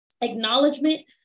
Acknowledgement